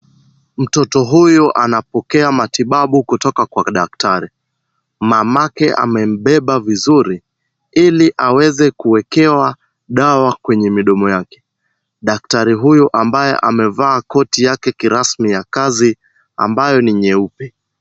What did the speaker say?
Mtoto huyu anapokea matibabu kutoka kwa daktari. Mamake amembeba vizuri, ili aweze kuwekewa dawa kwenye midomo yake. Daktari huyu ambaye amevaa koti yake kirasmi ya kazi, ambayo ni nyeupe.